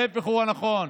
ההפך הוא הנכון.